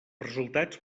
resultats